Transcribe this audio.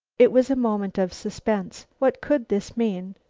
it was a moment of suspense. what could this mean?